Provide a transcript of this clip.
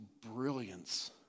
brilliance